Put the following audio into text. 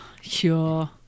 Sure